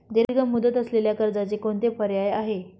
दीर्घ मुदत असलेल्या कर्जाचे कोणते पर्याय आहे?